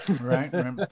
Right